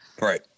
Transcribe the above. Right